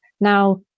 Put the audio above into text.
Now